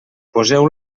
poseu